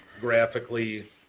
graphically